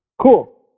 Cool